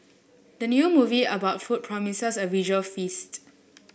the new movie about food promises a visual feast